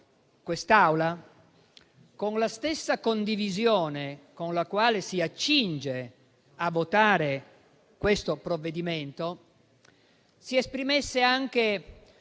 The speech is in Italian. quest'Aula, con la stessa condivisione con la quale si accinge a votare questo provvedimento, si esprimesse anche